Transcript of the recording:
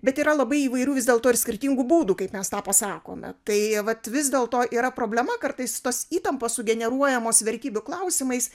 bet yra labai įvairių vis dėlto ir skirtingų būdų kaip mes tą pasakome tai vat vis dėlto yra problema kartais tos įtampos sugeneruojamos vertybių klausimais